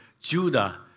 Judah